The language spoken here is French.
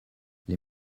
les